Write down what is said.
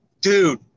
dude